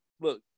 Look